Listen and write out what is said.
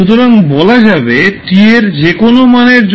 সুতরাং বলা যাবে t এর যেকোন মানের জন্য